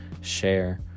share